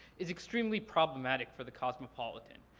is extremely problematic for the cosmopolitan.